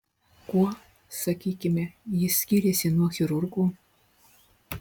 kuo sakykime jis skiriasi nuo chirurgo